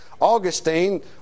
Augustine